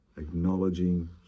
acknowledging